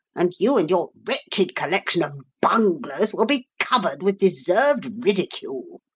and you and your wretched collection of bunglers will be covered with deserved ridicule.